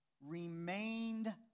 remained